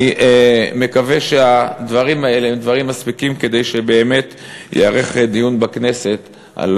אני מקווה שהדברים האלה מספיקים כדי שבאמת ייערך דיון בכנסת על